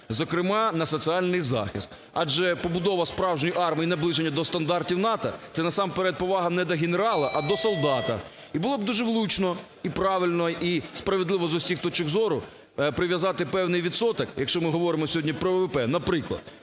зокрема, на соціальний захист, адже побудова справжньої армії і наближення до стандартів НАТО це, насамперед, повага не до генерала, а до солдата. І було б дуже влучно і правильно, і справедливо з усіх точок зору прив'язати певний відсоток, якщо ми говоримо сьогодні про ВВП, наприклад